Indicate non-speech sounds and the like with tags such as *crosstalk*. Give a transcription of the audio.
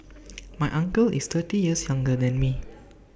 *noise* my uncle is thirty years younger than me